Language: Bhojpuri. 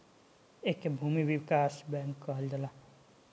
एके भूमि विकास बैंक कहल जाला